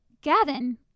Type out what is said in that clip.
Gavin